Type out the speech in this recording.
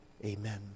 Amen